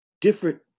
different